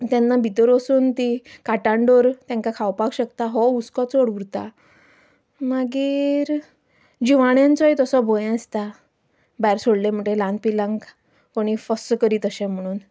तेन्ना भितर वचून तीं काटांडोर तांकां खावपाक शकता हो हुसको चड उरता मागीर जिवाण्यांचोय तसो भंय आसता भायर सोडले म्हणटगीर ल्हान पिलांक कोणूय फस्स करीत अशें म्हणून